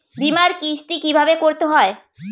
বিমার কিস্তি কিভাবে করতে হয়?